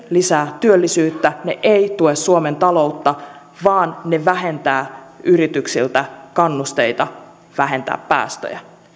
lisää työllisyyttä ne eivät tue suomen taloutta vaan ne vähentävät yrityksiltä kannusteita vähentää päästöjä